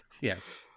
Yes